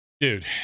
dude